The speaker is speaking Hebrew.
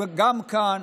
גם כאן